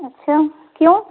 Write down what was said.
अच्छा क्यों